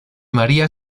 maría